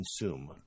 consume